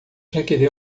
requer